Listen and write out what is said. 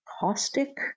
caustic